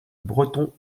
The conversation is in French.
breton